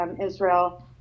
Israel